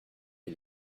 est